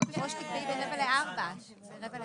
13:59.